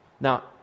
Now